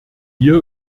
hier